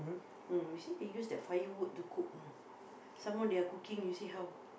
mm you see they use the firewood you cook know some more their cooking you see how